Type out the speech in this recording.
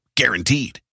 Guaranteed